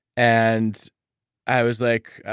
and i was like,